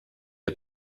hat